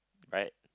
right